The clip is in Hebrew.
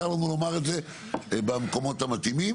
לנו לומר את זה במקומות המתאימים,